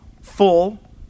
full